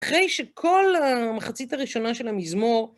אחרי שכל המחצית הראשונה של המזמור...